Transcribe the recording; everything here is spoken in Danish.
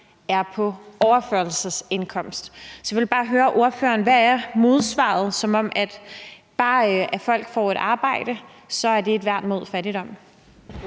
er på overførselsindkomst. Så jeg vil bare høre ordføreren: Hvad er modsvaret til det med, at hvis man bare får et arbejde, så er det et værn mod fattigdom?